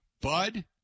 Bud